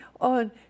on